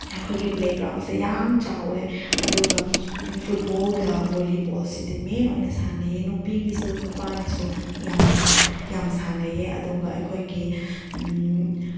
ꯑꯩꯈꯣꯏꯒꯤ ꯄ꯭ꯂꯦꯒ꯭ꯔꯥꯎꯟꯁꯦ ꯌꯥꯝ ꯆꯥꯎꯋꯦ ꯑꯗꯨꯒ ꯐꯨꯠꯕꯣꯜꯒ ꯕꯣꯜꯂꯤꯕꯣꯜꯁꯤꯗꯤ ꯃꯦꯟ ꯑꯣꯏꯅ ꯁꯥꯟꯅꯩꯌꯦ ꯅꯨꯄꯤꯒꯤꯁꯨ ꯅꯨꯄꯥꯒꯤꯁꯨ ꯌꯥꯝ ꯌꯥꯝ ꯁꯥꯟꯅꯩꯌꯦ ꯑꯗꯨꯒ ꯑꯩꯈꯣꯏꯒꯤ